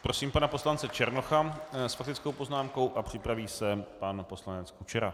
Prosím pana poslance Černocha s faktickou poznámkou a připraví se pan poslanec Kučera.